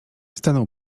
stanął